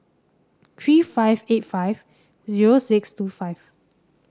three five eight five zero six two five